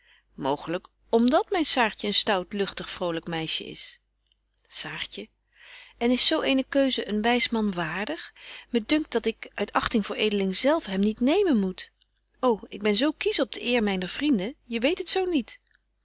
om dat myn saartje een stout lugtig vrolyk meisje is saartje en is zo eene keuze een wys man waardig me dunkt dat ik uit achting voor edeling zelf hem niet nemen moet ô ik ben zo kiesch op de eer myner vrienden je weet het zo niet